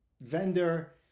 vendor